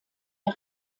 der